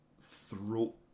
throat